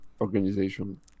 organization